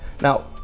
Now